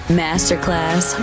masterclass